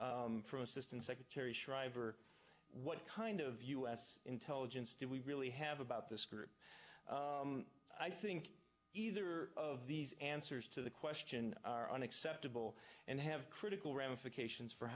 hear from assistant secretary shriver what kind of u s intelligence do we really have about this group i think either of these answers to the question are unacceptable and have critical ramifications for